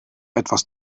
etwas